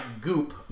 goop